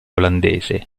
olandese